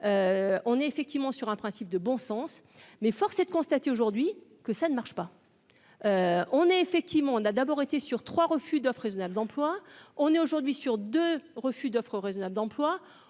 on est effectivement sur un principe de bon sens, mais force est de constater aujourd'hui que ça ne marche pas, on est, effectivement, on a d'abord été sur 3 refus d'offres raisonnables d'emploi on est aujourd'hui sur 2 refus d'offres raisonnables d'emploi,